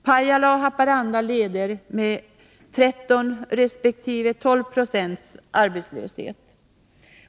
Pajala och Haparanda leder med 13 resp. 12 20 arbetslöshet.